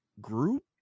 group